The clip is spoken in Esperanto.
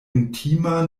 intima